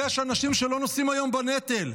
יש אנשים שלא נושאים היום בנטל,